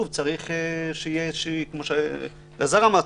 כמו שאלעזר אמר,